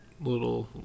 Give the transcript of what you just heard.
little